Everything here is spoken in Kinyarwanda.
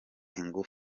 ifunguye